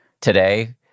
today